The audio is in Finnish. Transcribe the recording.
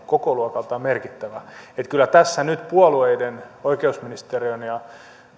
kokoluokaltaan merkittävä että kyllä tässä nyt puolueiden oikeusministeriön ja